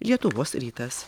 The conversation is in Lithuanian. lietuvos rytas